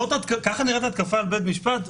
ככה נראית התקפה שלי על בית המשפט?